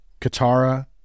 Katara